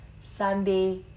Sunday